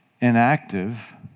inactive